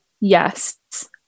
yes